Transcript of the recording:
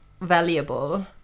valuable